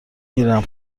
گیرم